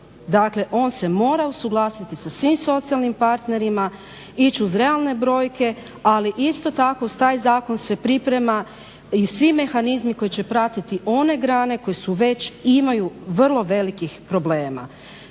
dakle on se mora usuglasiti sa svim socijalnim partnerima, ić uz realne brojke, ali isto tako uz taj zakon se priprema i svi mehanizmi koji će pratiti one grane koje su već i imaju vrlo velikih problema.